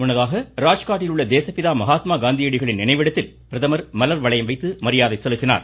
முன்னதாக ராஜ்காட்டில் உள்ள தேசப்பிதா மகாத்மா காந்தியடிகளின் நினைவிடத்தில் பிரதமர் மலர் வளையம் வைத்து மரியாதை செலுத்தினார்